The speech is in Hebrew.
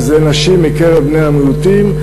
נשים מקרב בני המיעוטים,